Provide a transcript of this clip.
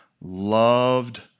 loved